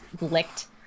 licked